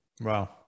Wow